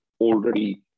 already